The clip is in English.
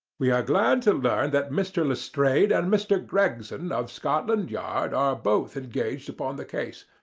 we are glad to learn that mr. lestrade and mr. gregson, of scotland yard, are both engaged upon the case,